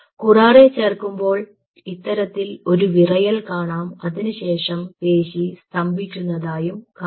കുറാറെ ചേർക്കുമ്പോൾ ഇത്തരത്തിൽ ഒരു വിറയൽ കാണാം അതിനുശേഷം പേശി സ്തംഭിക്കുന്നതായും കാണാം